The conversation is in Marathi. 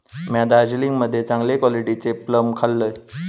म्या दार्जिलिंग मध्ये चांगले क्वालिटीचे प्लम खाल्लंय